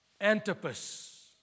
Antipas